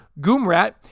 Goomrat